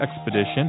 expedition